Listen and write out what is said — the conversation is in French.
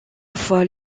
fois